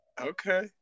Okay